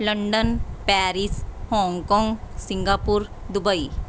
London Paris Hong Kong Singapore Dubai